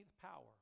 power